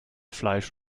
fleisch